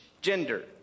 gender